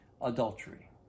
adultery